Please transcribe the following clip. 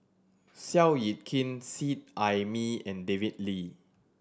Seow Yit Kin Seet Ai Mee and David Lee